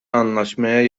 anlaşmaya